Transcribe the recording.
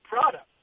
product